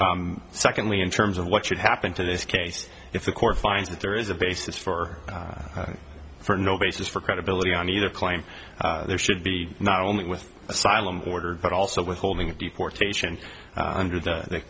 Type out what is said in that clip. secondly in terms of what should happen to this case if the court finds that there is a basis for for no basis for credibility on either claim there should be not only with asylum order but also withholding of deportation under the